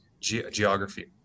geography